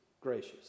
gracious